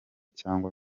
cyangwa